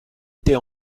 était